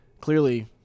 clearly